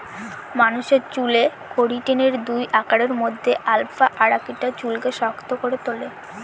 মানুষের চুলে কেরাটিনের দুই আকারের মধ্যে আলফা আকারটি চুলকে শক্ত করে তুলে